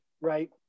right